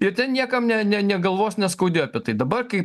ir ten niekam ne ne ne galvos neskaudėjo apie tai dabar kai